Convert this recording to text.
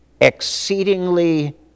exceedingly